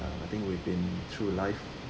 I think we've been through life